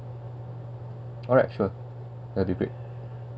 alright sure well prepared